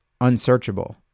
unsearchable